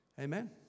Amen